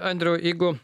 andriau jeigu